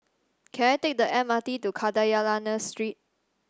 can I take the M R T to Kadayanallur Street